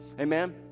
Amen